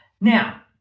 Now